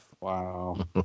Wow